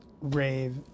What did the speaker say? rave